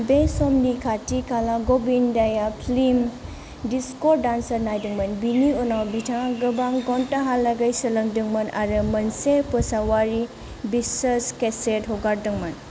बे समनि खाथि खाला गबिन्दाया फिल्म डिस्क' डान्सार नायदोंमोन बिनि उनाव बिथाङा गोबां घन्ताहालागै सोलोंदोंमोन आरो मोनसे फोसावारि बिचस केसेत हगारदोंमोन